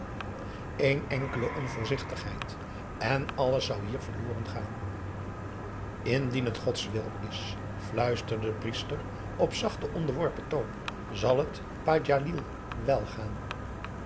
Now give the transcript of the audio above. een enkele onvoorzichtigheid en alles zou hier verloren gaan indien het gods wil is fluisterde de priester op zachten onderworpen toon zal het pa djalil wèl gaan